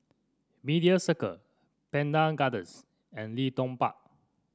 Media Circle Pandan Gardens and Leedon Park